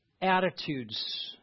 attitudes